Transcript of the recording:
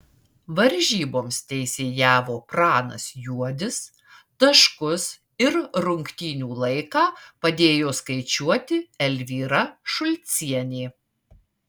varžyboms teisėjavo pranas juodis taškus ir rungtynių laiką padėjo skaičiuoti elvyra šulcienė